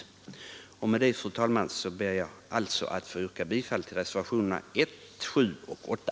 Med det, fru talman, ber jag alltså att få yrka bifall till reservationerna 1, 7 och 8.